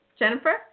Jennifer